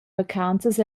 vacanzas